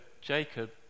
Jacob